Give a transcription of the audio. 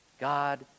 God